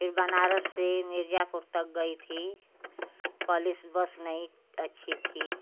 फिर बनारस से मिर्ज़ापुर तक गई थी पहले से बस नहीं अच्छी थी